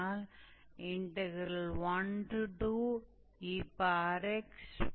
हम इसे 1 के रूप में लिख सकते हैं